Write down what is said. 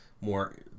more